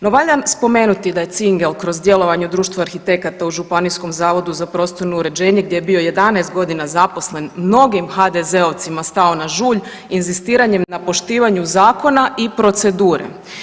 No, valja spomenuti da je Cingel kroz djelovanje u društvu arhitekata u Županijskom zavodu za prostorno uređenje gdje je bio 11 godina zaposlen mnogim HDZ-ovcima stao na žulj inzistiranjem na poštivanju zakona i procedure.